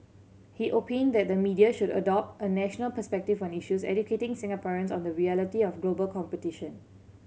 he opined that the media should adopt a national perspective on issues educating Singaporeans on the reality of global competition